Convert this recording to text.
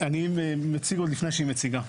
אני מציג עוד לפני שהיא מציגה.